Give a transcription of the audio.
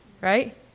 right